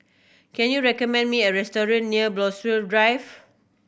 can you recommend me a restaurant near Drive